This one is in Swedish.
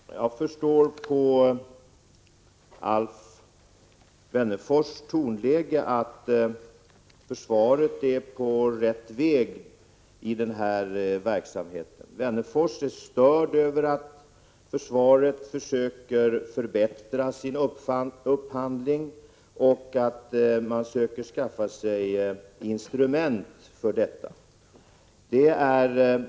Herr talman! Jag förstår på Alf Wennerfors tonläge att försvaret är på rätt väg i den här verksamheten. Wennerfors är störd över att försvaret försöker förbättra sin upphandling och söker skaffa sig instrument för detta.